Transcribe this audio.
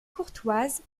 courtoise